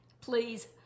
Please